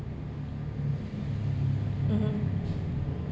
mmhmm